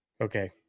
Okay